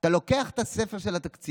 אתה לוקח את הספר של התקציב,